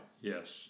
Yes